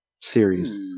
Series